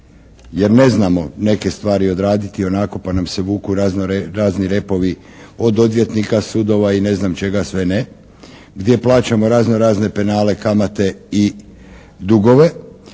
jer ne znamo neke stvari odraditi ionako pa nam se vuku razni repovi od odvjetnika, sudova i ne znam čega sve ne, gdje plaćamo razno razne penale, kamate i dugove.